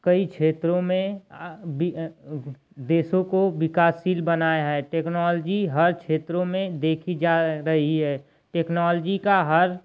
कई क्षेत्रों में आ आ आ देशों को विकासशील बनाया है टेक्नॉलजी हर क्षेत्रों में देखी जा रही है टेक्नॉलजी का हर